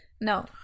no